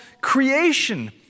creation